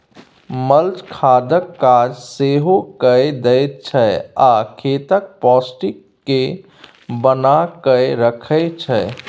mulch खादक काज सेहो कए दैत छै आ खेतक पौष्टिक केँ बना कय राखय छै